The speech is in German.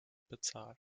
bezahlt